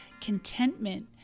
contentment